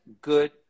good